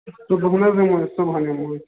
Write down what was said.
صُبحَن حظ یِمو أسۍ صُبحَن یِمو أسۍ